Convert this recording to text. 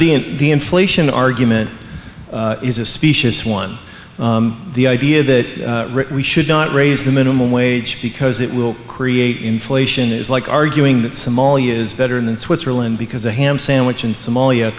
the the inflation argument is a specious one the idea that we should not raise the minimum wage because it will create inflation is like arguing that somalia is better than switzerland because a ham sandwich in somalia